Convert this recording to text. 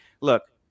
look